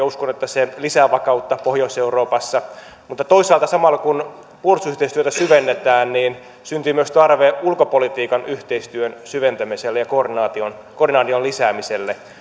uskon että se lisää vakautta pohjois euroopassa mutta toisaalta samalla kun puolustusyhteistyötä syvennetään niin syntyy myös tarve ulkopolitiikan yhteistyön syventämiselle ja koordinaation koordinaation lisäämiselle